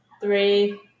three